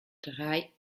drei